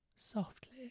Softly